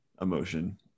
emotion